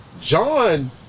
John